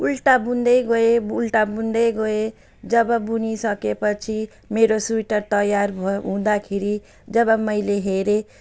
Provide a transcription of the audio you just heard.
उल्टा बुन्दै गएँ उल्टा बुन्दै गएँ जब बुनिसकेपछि मेरो स्वेटर तयार भयो हुँदाखेरि जब मैले हेरेँ